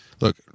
Look